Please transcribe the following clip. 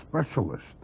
specialist